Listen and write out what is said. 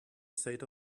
state